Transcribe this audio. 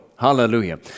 Hallelujah